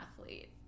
athlete